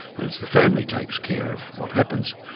and it's the family takes care of what happens.